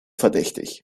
verdächtig